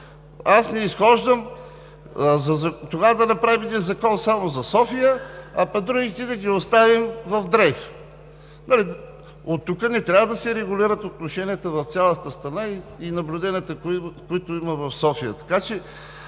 се, питайте. Тогава да направим един закон само за София, а пък другите да ги оставим в дрейф. Оттук не трябва да се регулират отношенията в цялата страна, заради наблюденията, които имаме в София.